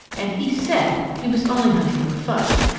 and he said he was only hunting for fudge!